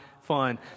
fun